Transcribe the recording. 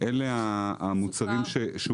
אלה המוצרים שהוגדרו.